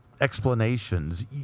explanations